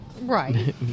Right